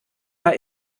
mal